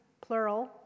plural